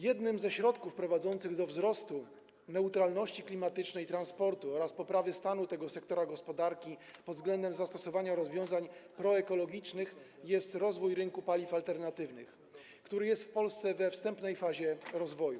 Jednym ze środków prowadzących do wzrostu neutralności klimatycznej transportu oraz poprawy stanu tego sektora gospodarki pod względem zastosowania rozwiązań proekologicznych jest rozwój rynku paliw alternatywnych, który jest w Polsce we wstępnej fazie rozwoju.